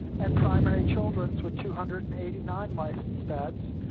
and primary children's with two hundred and eighty nine licensed beds.